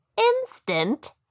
instant